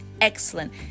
excellent